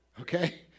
okay